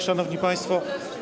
Szanowni Państwo!